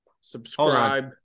Subscribe